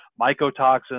mycotoxins